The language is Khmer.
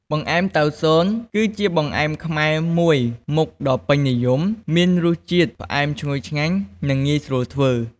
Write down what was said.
បង្អែមតៅស៊ន គឺជាបង្អែមខ្មែរមួយមុខដ៏ពេញនិយម មានរសជាតិផ្អែមឈ្ងុយឆ្ងាញ់ និងងាយស្រួលធ្វើ។